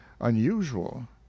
UNUSUAL